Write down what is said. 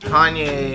Kanye